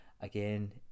again